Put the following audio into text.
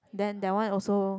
then that one also